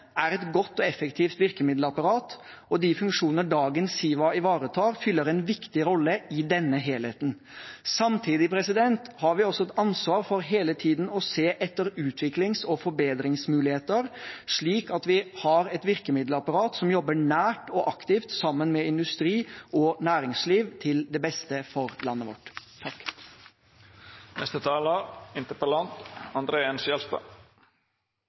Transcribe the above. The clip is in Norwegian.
er et godt og effektivt virkemiddelapparat, og de funksjonene dagens Siva ivaretar, fyller en viktig rolle i denne helheten. Samtidig har vi også et ansvar for hele tiden å se etter utviklings- og forbedringsmuligheter, slik at vi har et virkemiddelapparat som jobber nært og aktivt sammen med industri og næringsliv, til det beste for landet vårt.